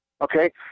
Okay